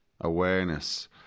awareness